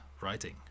writing